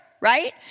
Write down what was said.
right